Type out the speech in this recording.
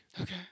Okay